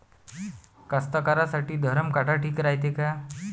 कास्तकाराइसाठी धरम काटा ठीक रायते का?